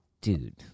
Dude